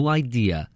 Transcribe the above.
idea